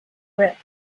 rip